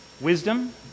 wisdom